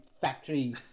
factory